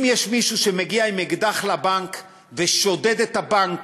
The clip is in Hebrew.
אם מישהו מגיע עם אקדח לבנק ושודד את הבנק